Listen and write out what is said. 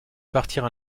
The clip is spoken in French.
partir